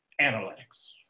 analytics